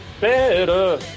better